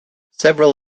several